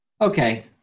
okay